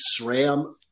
SRAM